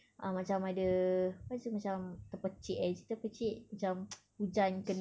ah macam ada what is it macam terpercik eh is it terpercik macam hujan kena